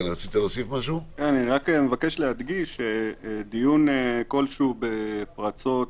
אני רק מבקש להדגיש שדיון כלשהו בפרצות,